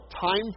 time